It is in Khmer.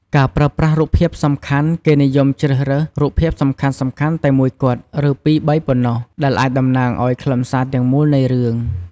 ការប្រើប្រាស់រូបភាពសំខាន់គេនិយមជ្រើសរើស រូបភាពសំខាន់ៗតែមួយគត់ ឬពីរបីប៉ុណ្ណោះ ដែលអាចតំណាងឱ្យខ្លឹមសារទាំងមូលនៃរឿង ។